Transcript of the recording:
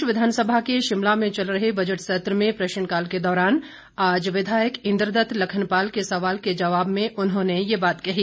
प्रदेश विधानसभा के शिमला में चल रहे बजट सत्र में प्रश्नकाल के दौरान आज विधायक इंद्रदत्त लखनपाल के सवाल के जवाब में ये बात कही